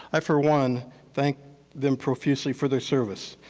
i for one thank them profusely for their service.